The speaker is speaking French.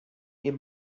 est